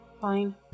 Fine